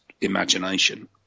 imagination